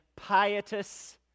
pietous